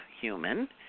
human